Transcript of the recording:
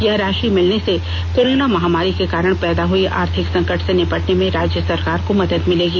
यह राशि मिलने से कोरोना महामारी के कारण पैदा हई आर्थिक संकट से निपटने में राज्य सरकार को मदद मिलेगी